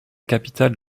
capitale